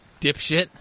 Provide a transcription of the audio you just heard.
dipshit